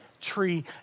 tree